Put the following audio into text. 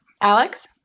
Alex